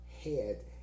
head